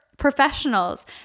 professionals